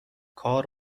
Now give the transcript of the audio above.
کار